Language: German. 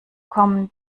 kommen